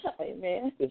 Amen